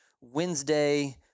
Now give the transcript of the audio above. Wednesday